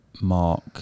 mark